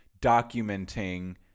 Documenting